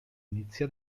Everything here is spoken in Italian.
inizia